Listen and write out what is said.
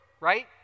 right